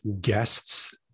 guests